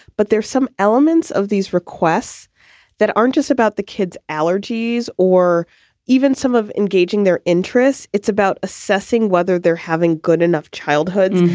but there's some elements of these requests that aren't just about the kids allergies or even some of engaging their interests. it's about assessing whether they're having good enough childhoods.